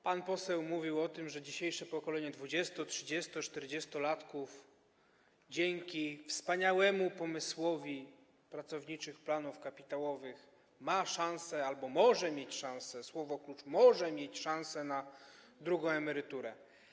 Pan poseł mówił o tym, że dzisiejsze pokolenie dwudziesto-, trzydziesto-, czterdziestolatków dzięki wspaniałemu pomysłowi pracowniczych planów kapitałowych ma szansę albo może mieć szansę - słowa klucze: może mieć szansę - na drugą emeryturę.